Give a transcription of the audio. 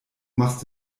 machst